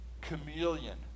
chameleon